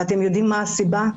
ואתם יודעים מה הסיבה?